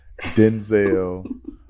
Denzel